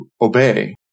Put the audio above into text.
obey